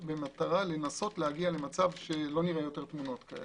במטרה להגיע למצב שלא נראה עוד תמונות כאלה.